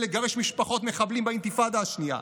לגרש משפחות מחבלים באינתיפאדה השנייה,